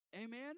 Amen